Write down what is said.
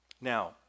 Now